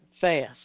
fast